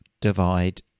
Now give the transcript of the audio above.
divide